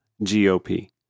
GOP